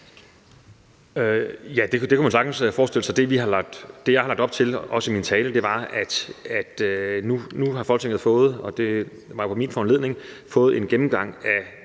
det kunne man sagtens forestille sig. Det, jeg har lagt op til, også i min tale, er, at Folketinget nu har fået, og det var på min foranledning, både en skriftlig og